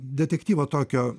detektyvo tokio